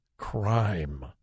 crime